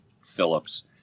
Phillips